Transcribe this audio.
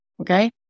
okay